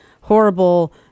horrible